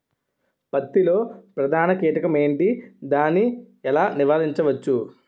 పత్తి లో ప్రధాన కీటకం ఎంటి? దాని ఎలా నీవారించచ్చు?